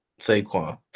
Saquon